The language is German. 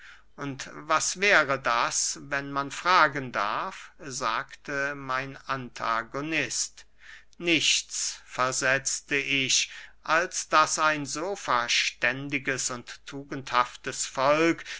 und was wäre das wenn man fragen darf sagte mein antagonist nichts versetzte ich als daß ein so verständiges und tugendhaftes volk